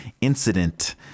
incident